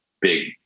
big